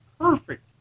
perfect